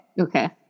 okay